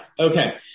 Okay